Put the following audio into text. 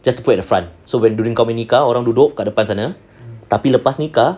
just to put at the front so when during kau nya nikah orang duduk kat depan sana tapi lepas nikah